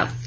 Ajay Sharma